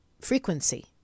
frequency